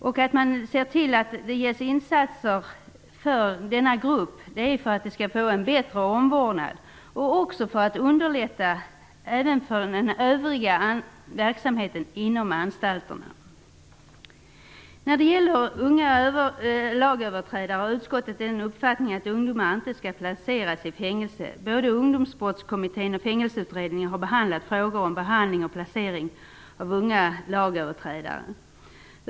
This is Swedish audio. Insatser görs för denna grupp för att de skall få en bättre omvårdnad och också för att underlätta även för den övriga verksamheten inom anstalterna. Utskottet har uppfattningen att ungdomar inte skall placeras i fängelse. Både Ungdomsbrottskommittén och Fängelseutredningen har behandlat frågor om behandling och placering av unga lagöverträdare.